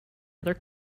other